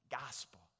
gospel